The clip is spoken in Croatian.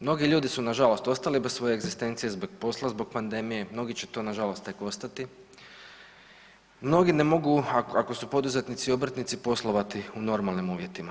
Mnogi ljudi su nažalost ostali bez svoje egzistencije zbog posla zbog pandemije, mnogi će to nažalost tek ostati, mnogi ne mogu ako su poduzetnici i obrtnici poslovati u normalnim uvjetima.